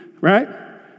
right